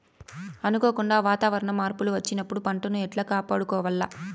అనుకోకుండా వాతావరణ మార్పులు వచ్చినప్పుడు పంటను ఎట్లా కాపాడుకోవాల్ల?